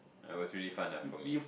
ah was really fun ah for me